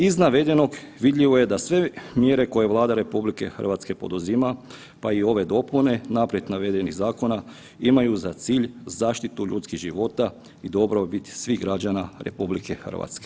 Iz navedenog vidljivo je da sve mjere koje Vlada RH poduzima pa i ove dopune naprijed navedenih zakona imaju za cilj zaštitu ljudskih života i dobrobit svih građana RH.